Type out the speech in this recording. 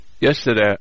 yesterday